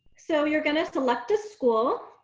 so you're gonna select a school